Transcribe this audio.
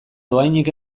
dohainik